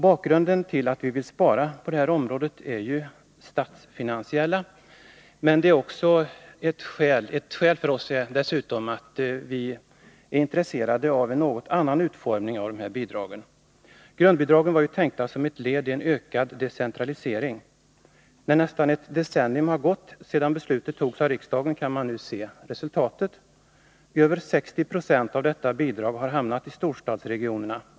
Bakgrunden till att vi vill spara på det här området är det statsfinansiella läget, men ett skäl är dessutom att vi är intresserade av en något ändrad utformning av bidragen. Grundbidragen var ju tänkta som ett led i en ökad decentralisering. När nästan ett decennium har gått sedan beslutet fattades av riksdagen kan man se hur resultatet blev. Över 60 96, alltså nästan två tredjedelar, av bidragen har hamnat i storstadsregionerna.